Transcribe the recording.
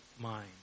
mind